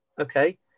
Okay